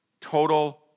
total